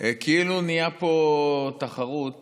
כאילו נהייתה פה תחרות